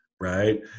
right